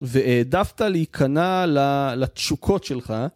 והעדפת להיכנע לתשוקות שלך.